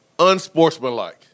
unsportsmanlike